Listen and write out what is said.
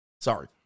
sorry